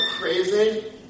crazy